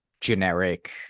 generic